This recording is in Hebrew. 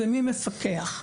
ומי מפקח.